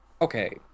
okay